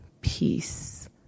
peace